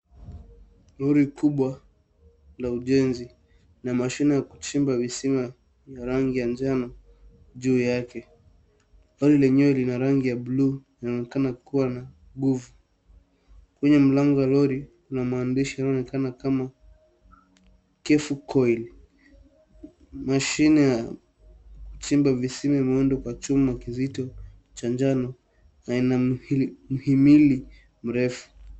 Lori kubwa la ujenzi na mashine ya kuchimba visima ya rangi ya njano juu yake. Lori lenyewe ni la rangi ya bluu na linaonekana kuwa na nguvu. Kwenye mlango wa lori kuna maandishi inayoonekana kama Kefukoil. Mashine ya kuchimba visima imeundwa kwa chuma kizito cha njano na ina mhimili mrefu.